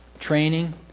training